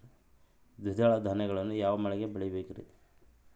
ದ್ವಿದಳ ಧಾನ್ಯಗಳನ್ನು ಯಾವ ಮಳೆಗೆ ಬೆಳಿಬೇಕ್ರಿ?